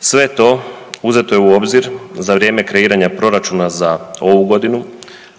Sve to uzeto je u obzir za vrijeme kreiranja proračuna za ovu godinu